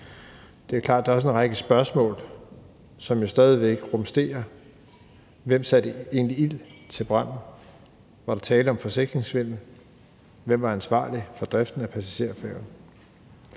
Det er klart, at der også er en række spørgsmål, som jo stadig væk rumsterer: Hvem satte egentlig ild til og startede branden? Var der tale om forsikringssvindel? Hvem var ansvarlig for driften af passagerfærgen?